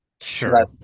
Sure